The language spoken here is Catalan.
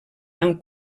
amb